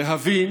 להבין